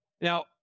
now